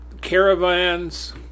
caravans